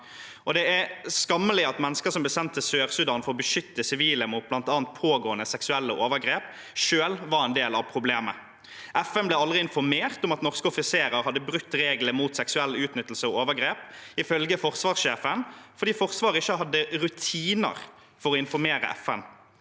Det er skammelig at mennesker som ble sendt til Sør-Sudan for å beskytte sivile mot bl.a. pågående seksuelle overgrep, selv var en del av problemet. FN ble aldri informert om at norske offiserer hadde brutt reglene mot seksuell utnyttelse og overgrep. Ifølge forsvarssjefen var det fordi Forsvaret ikke hadde rutiner for å informere FN.